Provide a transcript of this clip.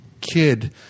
kid